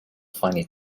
finely